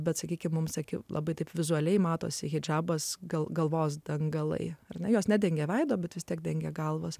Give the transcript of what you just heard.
bet sakykime mums akių labai taip vizualiai matosi hidžabas gal galvos dangalai ar na jos nedengia veido bet vis tiek dengia galvas